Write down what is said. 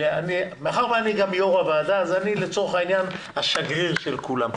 מאחר שאני גם יו"ר הוועדה אז אני לצורך העניין השגריר של כולם,